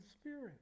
spirit